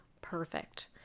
perfect